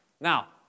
Now